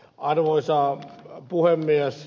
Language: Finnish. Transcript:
arvoisa puhemies